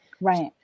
Right